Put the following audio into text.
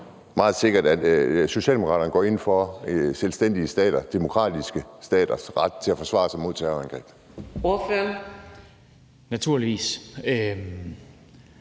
meget sikkert, at Socialdemokraterne går ind for selvstændige stater, demokratiske staters ret til at forsvare sig imod terrorangreb?